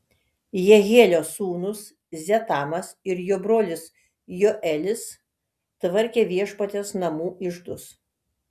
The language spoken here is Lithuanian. jehielio sūnūs zetamas ir jo brolis joelis tvarkė viešpaties namų iždus